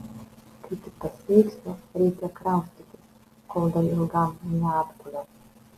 kai tik pasveiksiu reikia kraustytis kol dar ilgam neatguliau